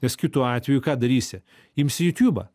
nes kitu atveju ką darysi imsi youtubą